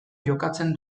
jokatzen